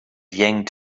yanked